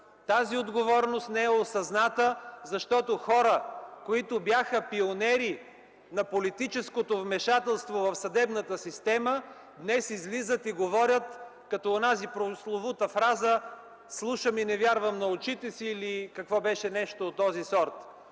Тази отговорност не е осъзната, защото хора, които бяха пионери на политическото вмешателство в съдебната система, днес излизат и говорят, като онази прословута фраза: „Слушам и не вярвам на очите си” или нещо от този сорт.